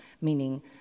meaning